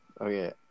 Okay